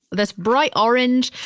this bright orange.